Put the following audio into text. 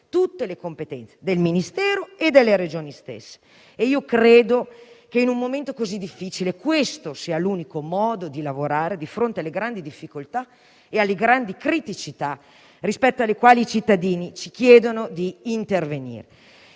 tutte le competenze del Ministero e delle Regioni stesse. Credo che, in un momento così difficile, questo sia l'unico modo di lavorare di fronte alle grandi difficoltà e alle grandi criticità rispetto alle quali i cittadini ci chiedono di intervenire.